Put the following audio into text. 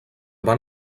van